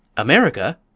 america!